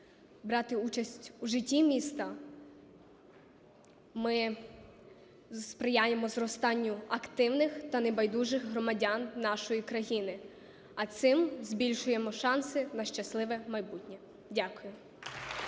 брати участь у житті міста. Ми сприяємо зростанню активних та небайдужих громадян нашої країни, а цим збільшуємо шанси на щасливе майбутнє. Дякую.